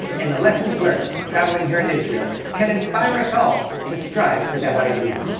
and the lessons learned from traveling here in israel can inspire us all to strive for that ideal.